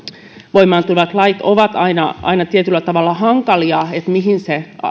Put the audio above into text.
voimaan tulevat lait ovat aina aina tietyllä tavalla hankalia siinä mihin se